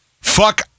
Fuck